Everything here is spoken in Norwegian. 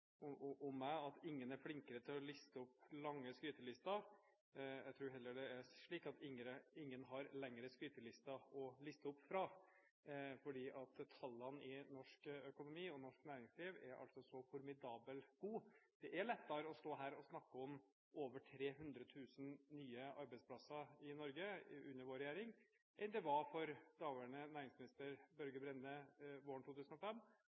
ingen er flinkere til å liste opp lange skrytelister. Jeg tror heller det er slik at ingen har lengre skrytelister å liste opp fra, for tallene i norsk økonomi og norsk næringsliv er så formidabelt gode. Det er lettere å stå her og snakke om over 300 000 nye arbeidsplasser i Norge under vår regjering enn det var for daværende næringsminister Børge Brende våren